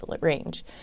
range